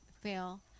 fail